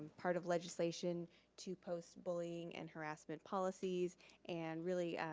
part of legislation to post bullying and harassment policies and really